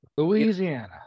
Louisiana